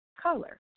color